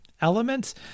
elements